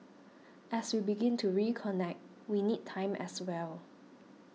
as we begin to reconnect we need time as well